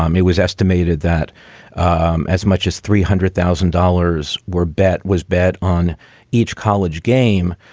um it was estimated that um as much as three hundred thousand dollars were bet was bet on each college game,